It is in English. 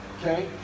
Okay